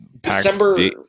December